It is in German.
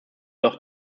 doch